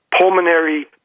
pulmonary